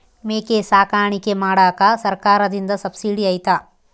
ಮೇಕೆ ಸಾಕಾಣಿಕೆ ಮಾಡಾಕ ಸರ್ಕಾರದಿಂದ ಸಬ್ಸಿಡಿ ಐತಾ?